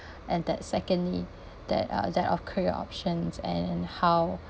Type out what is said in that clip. and that secondly that uh that of career options and and how